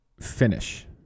finish